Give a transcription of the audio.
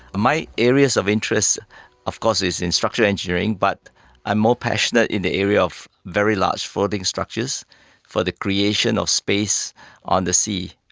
my areas of interest of course is in structural engineering but i'm more passionate in the area of very large floating structures for the creation of space on the sea.